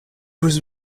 was